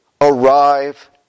arrive